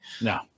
No